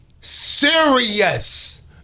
Serious